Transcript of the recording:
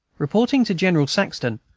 reporting to general saxton,